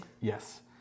Yes